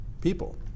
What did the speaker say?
people